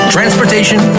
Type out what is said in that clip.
Transportation